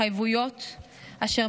אצלי